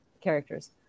characters